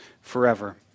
forever